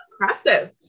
impressive